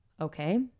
Okay